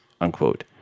Unquote